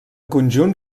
conjunt